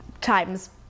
times